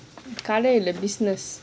கட இல்ல:kada illa business